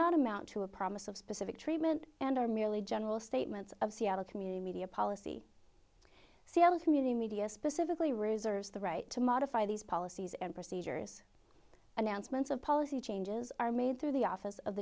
not amount to a promise of specific treatment and are merely general statements of seattle community media policy c l a community media specifically reserves the right to modify these policies and procedures announcements of policy changes are made through the office of